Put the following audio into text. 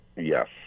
yes